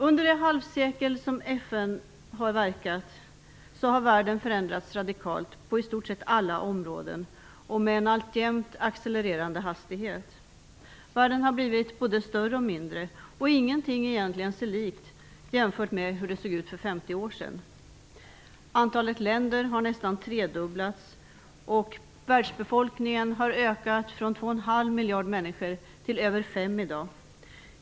Under det halvsekel som FN har verkat har världen förändrats radikalt på i stort sett alla områden och med en alltjämt accelererande hastighet. Världen har blivit både större och mindre, och ingenting är egentligen sig likt, jämfört med hur det såg ut för 50 år sedan. Antalet länder har nästan tredubblats, och världsbefolkningen har ökat från 2,5 miljarder människor till över 5 miljarder i dag.